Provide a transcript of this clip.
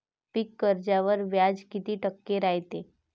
पीक कर्जावर व्याज किती टक्के रायते?